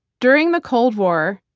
during the cold war,